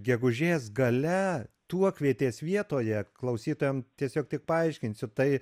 gegužės gale tuokvietės vietoje klausytojam tiesiog tik paaiškinsiu tai